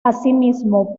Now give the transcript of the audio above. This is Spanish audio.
asimismo